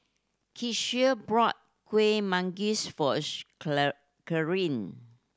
Kecia brought Kuih Manggis for Claire